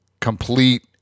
Complete